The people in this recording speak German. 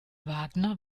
wagner